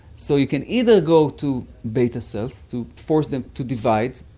so you can either go to beta cells to force them to divide,